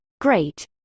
great